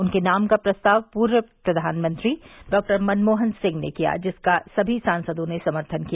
उनके नाम का प्रस्ताव पूर्व प्रधानमंत्री डॉक्टर मनमोहन सिंह ने किया जिसका सभी सांसदों ने समर्थन किया